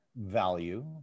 value